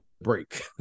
break